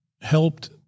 helped